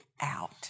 out